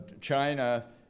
China